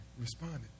responded